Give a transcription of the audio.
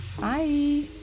Bye